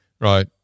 right